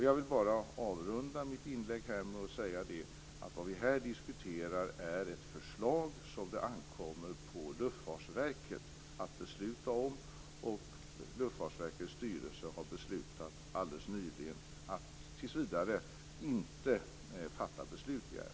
Jag vill avrunda mitt inlägg här genom att säga att vad vi här diskuterar är ett förslag som det ankommer på Luftfartsverket att besluta om. Och Luftfartsverkets styrelse har alldeles nyligen beslutat att tills vidare inte fatta beslut i ärendet.